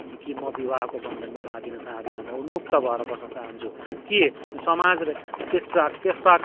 कि म विवाहको बन्धनमा बाँधिन चाहँदिनँ म उन्मुक्त भएर बस्न चाहन्छु के समाजले त्यसताक त्यसताक